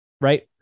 right